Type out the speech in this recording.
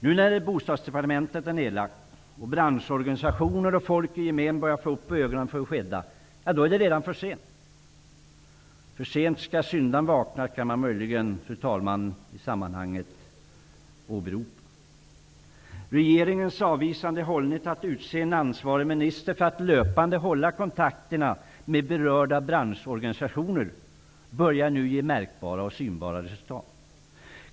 Nu när Bostadsdepartementet är nedlagt och branschorganisationer och folk i gemen börjar få upp ögonen för det skedda, ja, då är det redan för sent. För sent skall syndarn vakna kan man möjligen i sammanhanget åberopa. Regeringens avvisande hållning till att utse en ansvarig minister för att löpande hålla kontakterna med berörda branschorganisationer börjar nu ge märkbara och synbara resultat.